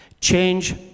Change